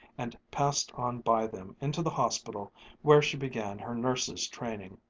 and passed on by them into the hospital where she began her nurse's training.